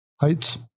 Heights